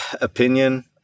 opinion